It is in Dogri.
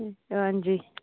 हंजी